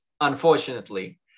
unfortunately